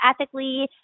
ethically